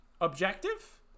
objective